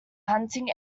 hunting